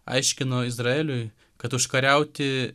aiškino izraeliui kad užkariauti